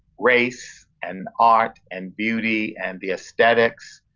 race, and art, and beauty, and the aesthetics